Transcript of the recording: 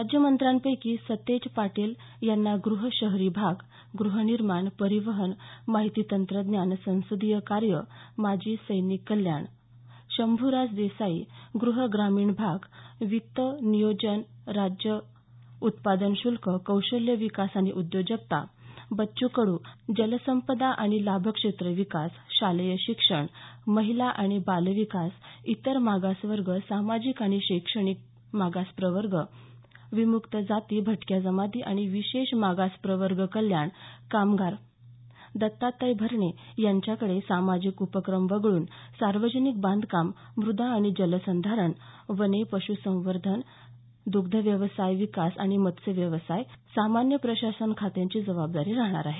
राज्यमंत्र्यांपैकी सतेज पाटील यांना ग्रह शहरी भाग ग्रहनिर्माण परिवहन माहिती तंत्रज्ञान संसदीय कार्य माजी सैनिक कल्याण शंभुराज देसाई गृह ग्रामीण वित्त नियोजन राज्य उत्पादन श्ल्क कौशल्य विकास आणि उद्योजकता पणन बच्चू कडू जलसंपदा आणि लाभक्षेत्र विकास शालेय शिक्षण महिला आणि बालविकास इतर मागासवर्ग सामाजिक आणि शैक्षणिक मागास प्रवर्ग विमुक्त जाती भटक्या जमाती आणि विशेष मागास प्रवर्ग कल्याण कामगार दत्तात्रय भरणे यांच्याकडे सार्वजनिक उपक्रम वगळून सार्वजनिक बांधकाम मृदा आणि जलसंधारण वने पश्संवर्धन दग्धव्यवसाय विकास आणि मत्स्यव्यवसाय सामान्य प्रशासन खात्याची जबाबदारी राहणार आहे